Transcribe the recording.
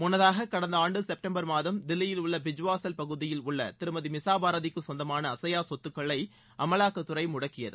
முன்னதாக கடந்த ஆண்டு செப்டம்பர் மாதம் தில்லியில் உள்ள பிஜ்வாசல் பகுதியில் உள்ள திருமதி மிசா பாரதிக்கு சொந்தமான அசையா சொத்துக்களை அமலாக்கத்துறை முடக்கியது